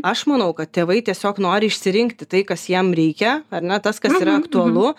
aš manau kad tėvai tiesiog nori išsirinkti tai kas jiem reikia ar ne tas kas yra aktualu